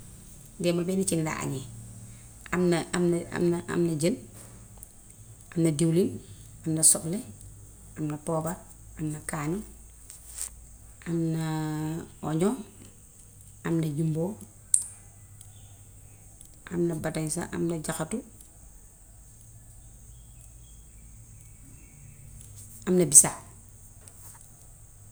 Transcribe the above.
Démb benn cin laa añee. Am na jën. Am na am na am na jën, am na diwlin, am na soble, am na poobar, am na kaani, am na oño, am na jumboo, am na batañsa, am na jaxatu, am na bisaab.